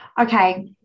okay